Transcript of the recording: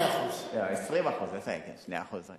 2%. 20%. איזה 2%?